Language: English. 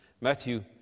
Matthew